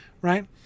Right